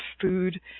food